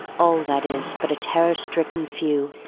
all, that is, but a terror-stricken few,